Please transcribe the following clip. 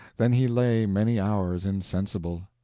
then he lay many hours insensible.